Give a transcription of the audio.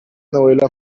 novela